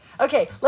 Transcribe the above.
Okay